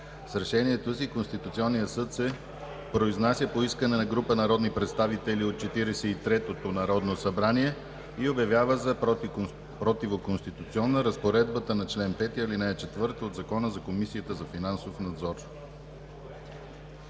С Решението си Конституционният съд се произнася по искане на група народни представители от Четиридесет и третото народно събрание и обявява за противоконституционна разпоредбата на чл. 5, ал. 4 от Закона за Комисията за финансов надзор.